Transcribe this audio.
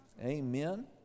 Amen